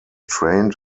trained